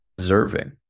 observing